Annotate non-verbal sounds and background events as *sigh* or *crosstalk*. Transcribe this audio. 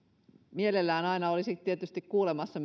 mielellään aina olisi tietysti kuulemassa *unintelligible*